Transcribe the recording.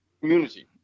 community